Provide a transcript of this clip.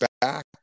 back